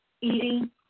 eating